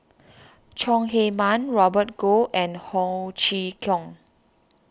Chong Heman Robert Goh and Ho Chee Kong